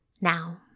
Now